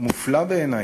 מופלא בעיני.